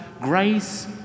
grace